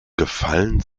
gefallen